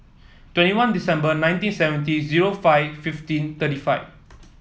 twenty one December nineteen seventy zero four fifteen thirty five